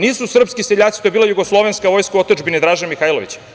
Nisu srpski seljaci, to je bila Jugoslovenska vojska u otadžbini Draže Mihajlovića.